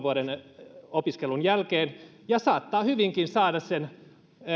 vuoden opiskelun jälkeen ja saattaa hyvinkin saada sen